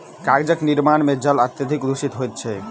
कागजक निर्माण मे जल अत्यधिक दुषित होइत छै